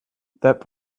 that